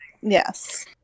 Yes